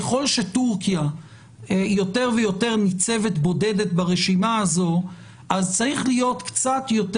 ככל שטורקיה יותר ויותר ניצבת בודדת ברשימה הזו אז צריך להיות קצת יותר,